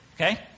Okay